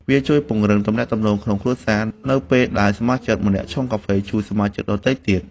វាជួយពង្រឹងទំនាក់ទំនងក្នុងគ្រួសារ នៅពេលដែលសមាជិកម្នាក់ឆុងកាហ្វេជូនសមាជិកដទៃទៀត។